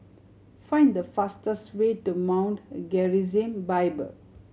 find the fastest way to Mount Gerizim Bible